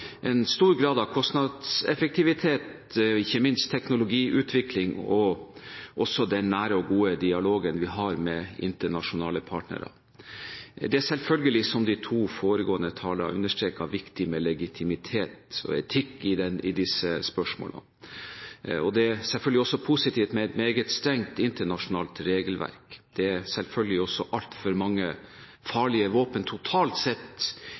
en stor grad av kostnadseffektivitet og ikke minst teknologiutvikling, og også den nære og gode dialogen vi har med internasjonale partnere. Det er, som de to foregående talere har understreket, selvfølgelig viktig med legitimitet og etikk i disse spørsmålene. Det er selvfølgelig også positivt med et meget strengt internasjonalt regelverk. Det er altfor mange farlige våpen totalt sett